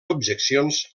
objeccions